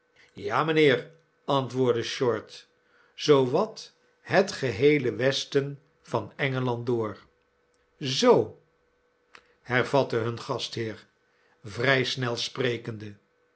ja mijnheer antwoordde short zoo wat het geheele westen van engeland door zoo hervatte him gastheer vrij snel sprekende